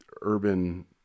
urban